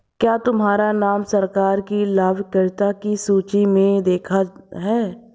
क्या तुम्हारा नाम सरकार की लाभकर्ता की सूचि में देखा है